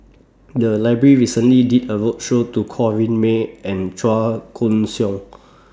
The Library recently did A roadshow to Corrinne May and Chua Koon Siong